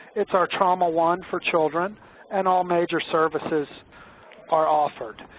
it's our trauma one for children and all major services are offered.